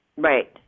Right